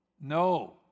No